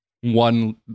one